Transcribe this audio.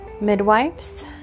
midwives